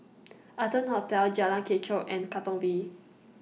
Arton Hotel Jalan Kechot and Katong V